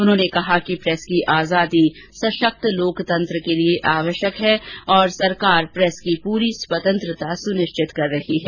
उन्होंने कहा कि प्रेस की आजादी सशक्त लोकतंत्र के लिए आवश्यक है और सरकार प्रेस की पूरी स्वतंत्रता सुनिश्चित कर रही है